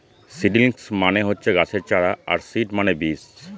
seedlings মানে হচ্ছে গাছের চারা আর সিড মানে বীজ